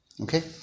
Okay